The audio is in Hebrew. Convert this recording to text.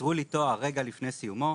עצרו לי תואר רגע לפני סיומו,